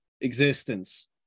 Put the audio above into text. existence